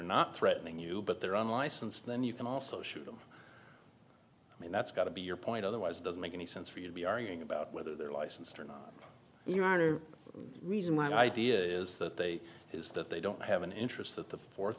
not threatening you but they're on license then you can also shoot them i mean that's got to be your point otherwise it doesn't make any sense for you to be arguing about whether they're licensed or not you are the reason why an idea is that they is that they don't have an interest that the fourth